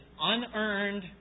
unearned